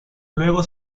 luego